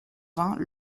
vingt